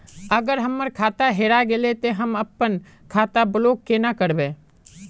अगर हमर खाता हेरा गेले ते हम अपन खाता ब्लॉक केना करबे?